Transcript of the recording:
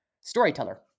storyteller